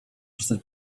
przestać